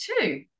two